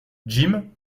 jim